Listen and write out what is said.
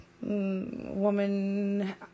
woman